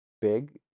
big